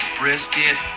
brisket